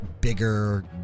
bigger